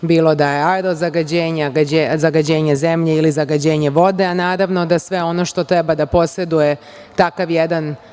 bilo da je aero zagađenje, zagađenje zemlje ili vode. Naravno, da sve ono što treba da poseduje takav jedan ogroman